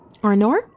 Arnor